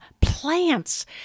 plants